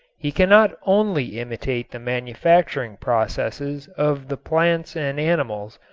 he cannot only imitate the manufacturing processes of the plants and animals,